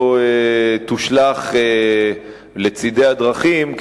ולא תושלך בצדי הדרכים.